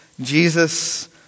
Jesus